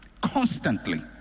constantly